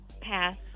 Pass